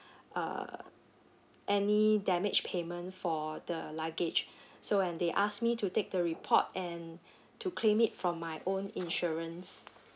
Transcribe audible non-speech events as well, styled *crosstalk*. uh any damage payment for the luggage *breath* so and they ask me to take the report and to claim it from my own insurance